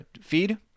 feed